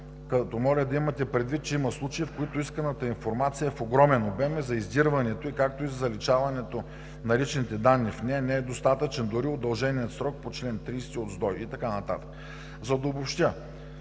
като моля да имате, предвид, че има случаи, в които исканата информация е в огромен обем и за издирването ѝ, както и за заличаването на личните данни в нея, не е достатъчен дори удълженият срок по чл. 30 от Закона за достъп